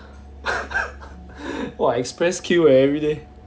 !wah! express queue eh everyday